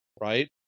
right